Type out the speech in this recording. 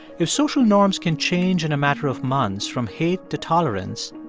if social norms can change in a matter of months from hate to tolerance,